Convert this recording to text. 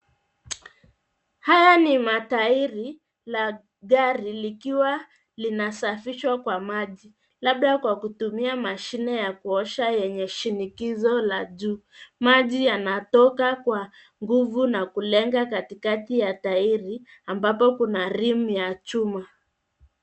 Haya ni matairi la gari likiwa linasafishwa kwa maji, labda kwa kutumia mashine ya kuosha lenye shinikizo la juu. Maji yanatoka kwa nguvu na kulenga katikati ya tairi, ambapo kuna rim ya chuma.